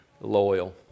loyal